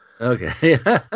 Okay